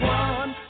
one